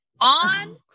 On